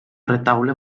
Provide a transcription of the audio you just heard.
retaule